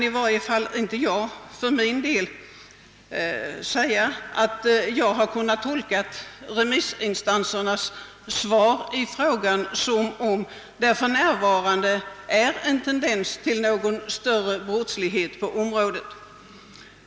I varje fall kan jag för min del inte säga att jag har kunnat tolka remissinstansernas svar i frågan som om det för närvarande är en tendens till någon ökad brottslighet på området.